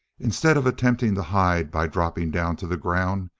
instead of attempting to hide by dropping down to the ground,